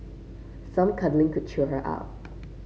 some cuddling could cheer her up